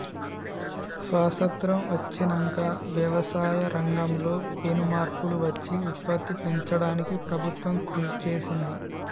స్వాసత్రం వచ్చినంక వ్యవసాయ రంగం లో పెను మార్పులు వచ్చి ఉత్పత్తి పెంచడానికి ప్రభుత్వం కృషి చేసింది